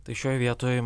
tai šioj vietoj